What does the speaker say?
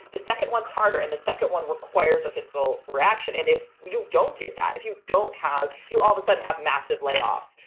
the second one's harder and the second one requires a fiscal reaction and if you don't get that, if you don't have, you all of a sudden have massive layoffs,